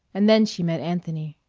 and then she met anthony.